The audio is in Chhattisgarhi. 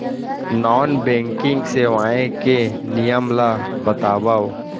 नॉन बैंकिंग सेवाएं के नियम ला बतावव?